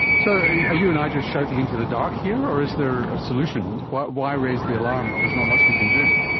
so are you and i just shouting into the dark here or is there a solution? why why raise the alarm if there's not much we can do?